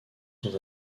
sont